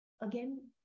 again